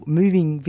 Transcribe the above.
moving